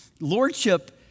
Lordship